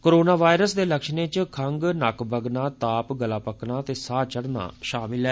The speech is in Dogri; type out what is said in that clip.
कोरोना वायरस दे लक्षणें च खंग नक्क बगना ताप गला पक्कना ते साह् चढ़ना तकलीफ शामल ऐ